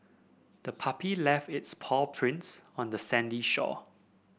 the puppy left its paw prints on the sandy shore